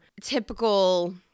typical